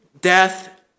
death